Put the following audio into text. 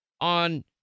on